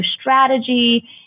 strategy